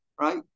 right